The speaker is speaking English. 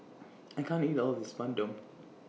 I can't eat All of This Bandung